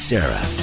Sarah